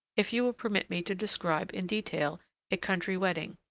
if you will permit me to describe in detail a country wedding,